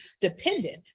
dependent